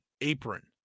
Apron